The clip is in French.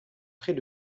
trait